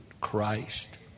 Christ